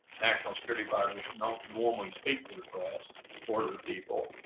national security advisers don't normally speak to the press or the people,